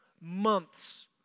months